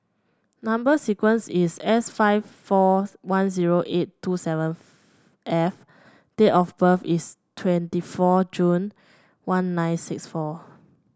number sequence is S five four one zero eight two seven F date of birth is twenty four June one nine six four